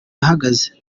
yahagaze